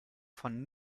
von